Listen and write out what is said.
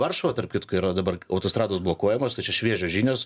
varšuva tarp kitko yra dabar autostrados blokuojamos tai čia šviežios žinios